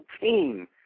team